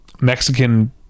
mexican